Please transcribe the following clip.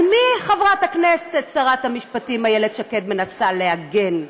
על מי חברת הכנסת שרת המשפטים איילת שקד מנסה להגן?